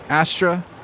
Astra